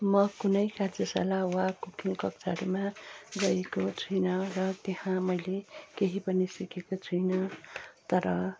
म कुनै कार्यशाला वा कुकिङ कक्षाहरूमा गएको छुइनँ र त्यहाँ मैले केही पनि सिकेको छुइनँ तर